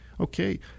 Okay